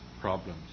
problems